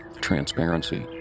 transparency